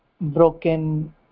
broken